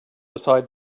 beside